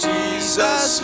Jesus